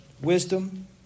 wisdom